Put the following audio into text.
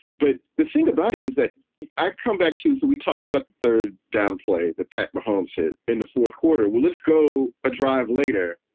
but the thing about it is that i come back to that. we talked about the downplay the pat mahomes hit in the fourth quarter. we let's go a drive later.